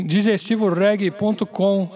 DigestivoReg.com